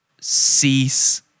Cease